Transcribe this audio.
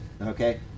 Okay